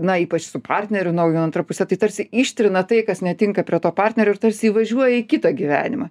na ypač su partneriu nauju antra puse tai tarsi ištrina tai kas netinka prie to partnerio ir tarsi įvažiuoja į kitą gyvenimą